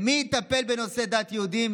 ומי יטפל בנושא דת היהודים?